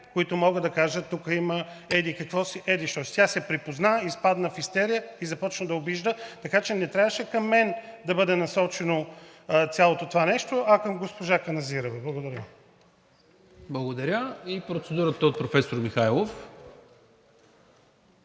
които могат да кажат: тука има еди-какво си, еди-що си. Тя се припозна, изпадна в истерия и започна да обижда. Така че не трябваше към мен да бъде насочено цялото това нещо, а към госпожа Каназирева. Благодаря. ПРЕДСЕДАТЕЛ НИКОЛА МИНЧЕВ: Благодаря. Процедура от професор Михайлов.